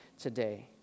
today